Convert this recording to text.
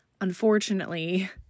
unfortunately